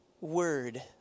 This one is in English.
word